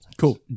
Cool